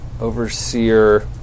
Overseer